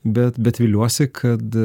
bet bet viliuosi kad